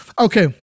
Okay